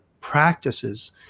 practices